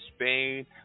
Spain